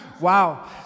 Wow